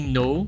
no